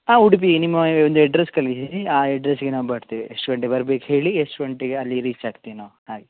ಹಾಂ ಉಡುಪಿಗೆ ನಿಮ್ಮ ಒಂದು ಅಡ್ರೆಸ್ ಕಳಿಸಿ ಆ ಅಡ್ರೆಸ್ಸಿಗೆ ನಾವು ಬರ್ತಿವಿ ಎಷ್ಟು ಗಂಟೆಗೆ ಬರ್ಬೇಕು ಹೇಳಿ ಎಷ್ಟು ಗಂಟೆಗೆ ಅಲ್ಲಿ ರೀಚ್ ಆಗ್ತೆ ನಾವು ಹಾಗೆ